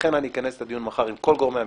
אני אכנס דיון מחר עם כל גורמי המקצוע.